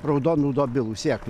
raudonų dobilų sėklų